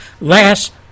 last